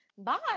Bye